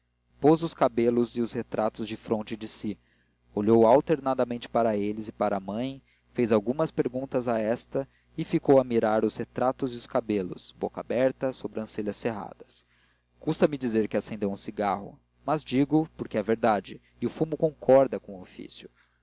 pôs os cabelos e os retratos defronte de si olhou alternadamente para eles e para a mãe fez algumas perguntas a esta e ficou a mirar os retratos e os cabelos boca aberta sobrancelhas cerradas custa-me dizer que acendeu um cigarro mas digo porque é verdade e o fumo concorda com o ofício